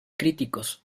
críticos